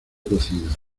cocida